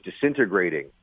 disintegrating